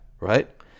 right